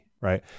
right